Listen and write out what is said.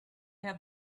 have